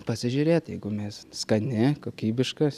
pasižiūrėt jeigu mėsa skani kokybiškas